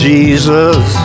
Jesus